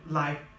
life